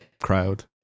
crowd